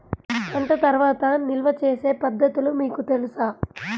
పంట తర్వాత నిల్వ చేసే పద్ధతులు మీకు తెలుసా?